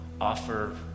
offer